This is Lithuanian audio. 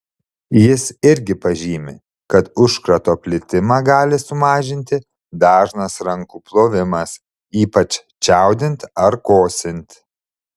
jis irgi pažymi kad užkrato plitimą gali sumažinti dažnas rankų plovimas ypač čiaudint ar kosint